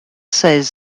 seize